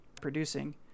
producing